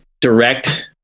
direct